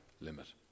limit